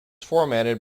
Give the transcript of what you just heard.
formatted